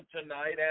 tonight